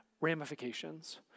ramifications